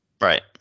Right